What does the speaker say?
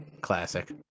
classic